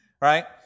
right